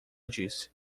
disse